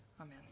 amen